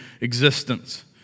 existence